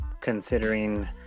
considering